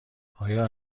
آیا